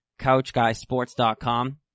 couchguysports.com